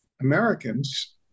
Americans